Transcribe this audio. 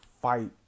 fight